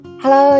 Hello，